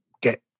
get